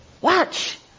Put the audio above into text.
Watch